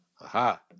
aha